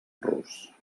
rus